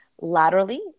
laterally